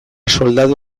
soldadu